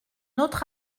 autre